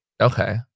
Okay